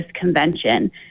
convention